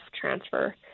transfer